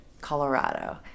Colorado